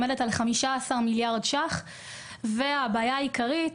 עומדת על 15 מיליארדי שקלים והבעיה העיקרית